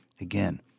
again